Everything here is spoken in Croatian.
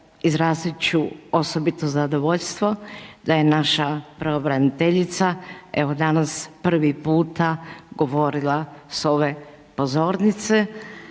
izrazit ću osobito zadovoljstvo da je naša pravobraniteljica evo danas prvi puta govorila s ove pozornica,